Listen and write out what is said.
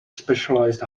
specialized